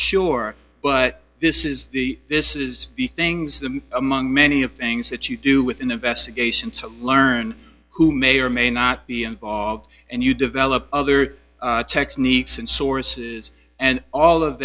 sure but this is the this is the things that among many of things that you do with an investigation to learn who may or may not be involved and you develop other techniques and sources and all of